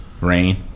Rain